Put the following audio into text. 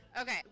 okay